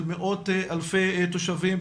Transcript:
של מאות אלפי תושבים,